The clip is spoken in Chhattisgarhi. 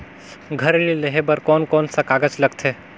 घर ऋण लेहे बार कोन कोन सा कागज लगथे?